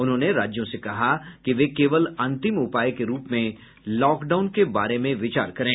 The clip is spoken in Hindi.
उन्होंने राज्यों से कहा कि वे केवल अंतिम उपाय के रूप में लॉकडाउन पर विचार करें